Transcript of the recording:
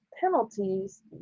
penalties